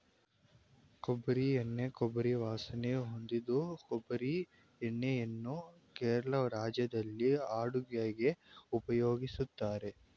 ಕೊಬ್ಬರಿ ಎಣ್ಣೆ ಕೊಬ್ಬರಿ ವಾಸನೆ ಹೊಂದಿದ್ದು ಕೊಬ್ಬರಿ ಎಣ್ಣೆಯನ್ನು ಕೇರಳ ರಾಜ್ಯದಲ್ಲಿ ಅಡುಗೆಗೆ ಉಪಯೋಗಿಸ್ತಾರೆ